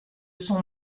son